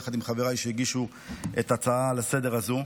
יחד עם חבריי שהגישו את ההצעה הזו לסדר-היום,